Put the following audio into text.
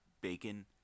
bacon